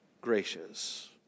gracious